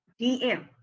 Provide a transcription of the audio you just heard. dm